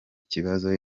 kibazo